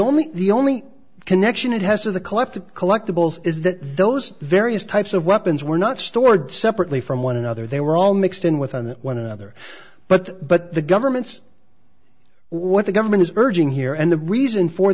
only the only connection it has to the collective collectables is that those various types of weapons were not stored separately from one another they were all mixed in with on one another but but the government's what the government is urging here and the reason for